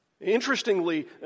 Interestingly